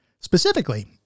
Specifically